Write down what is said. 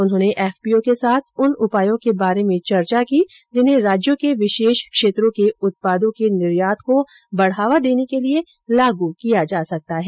उन्होंने एफपीओ के साथ उन उपायों के बारे में चर्चा की जिन्हें राज्यों के विशेष क्षेत्रों के उत्पादों के निर्यात को बढ़ावा देने के लिए लागू किया जा सकता है